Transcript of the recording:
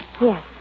Yes